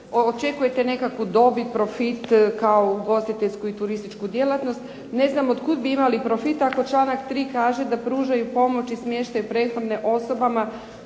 očekujete nekakvu dobit, profit kao ugostiteljsku i turističku djelatnost. Ne znam od kuda bi imali profita, ako članak 3. kaže da pružanje pomoći smještaj ... osobama